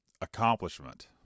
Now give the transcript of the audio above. accomplishment